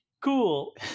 Cool